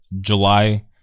July